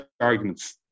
arguments